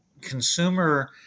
Consumer